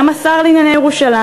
גם השר לענייני ירושלים,